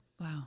Wow